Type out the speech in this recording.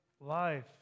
life